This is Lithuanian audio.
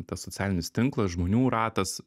tas socialinis tinklas žmonių ratas